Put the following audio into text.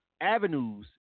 avenues